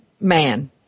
man